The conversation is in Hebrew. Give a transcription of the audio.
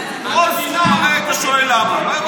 סכום היית שואל למה.